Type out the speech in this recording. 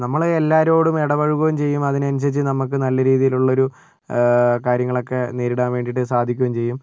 നമ്മള് എല്ലാവരോടും ഇടപഴകുകയും ചെയ്യും അതിനനുസരിച്ച് നമുക്ക് നല്ല രീതിയിലുള്ള ഒരു കാര്യങ്ങളൊക്കെ നേരിടാൻ വേണ്ടിട്ട് സാധിക്കുകയും ചെയ്യും